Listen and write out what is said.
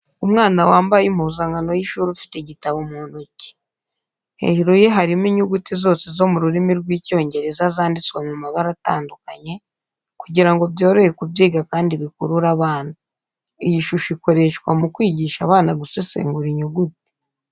Umwana wambaye impuzankano y’ishuri ufite igitabo mu ntoki. Hejuru ye harimo inyuguti zose zo mu rurimi rw’Icyongereza zanditswe mu mabara atandukanye kugira ngo byorohe kubyiga kandi bikurure abana iyi shusho ikoreshwa mu kwigisha abana gusesengura inyuguti.